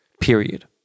period